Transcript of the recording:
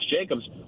Jacobs